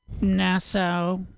nassau